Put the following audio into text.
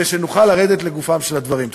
ושנוכל לרדת לגופם של הדברים.